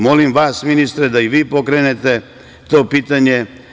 Molim i vas, ministre, da i vi pokrenete to pitanje.